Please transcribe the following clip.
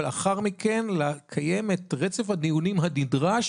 ולאחר מכן לקיים את רצף הדיונים הנדרש